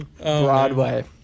Broadway